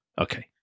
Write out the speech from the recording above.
Okay